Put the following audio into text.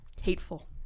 Hateful